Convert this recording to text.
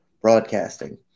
broadcasting